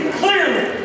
clearly